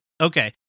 Okay